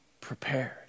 prepared